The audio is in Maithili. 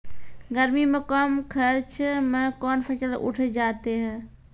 गर्मी मे कम खर्च मे कौन फसल उठ जाते हैं?